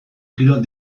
kirol